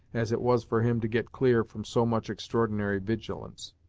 as it was for him to get clear from so much extraordinary vigilance.